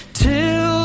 till